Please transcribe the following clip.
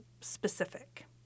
specific